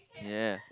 yeah